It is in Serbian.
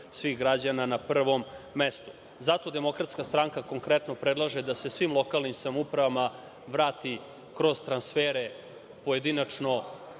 svih građana na prvom mestu. Zato DS konkretno predlaže da se svim lokalnim samoupravama vrati kroz transfere, pojedinačno